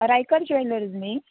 Raikar jewellers न्ही